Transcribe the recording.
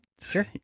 sure